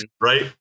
right